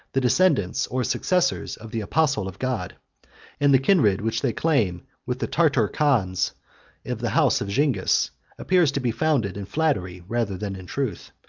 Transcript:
the descendants or successors of the apostle of god and the kindred which they claim with the tartar khans of the house of zingis appears to be founded in flattery rather than in truth.